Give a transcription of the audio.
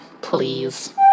please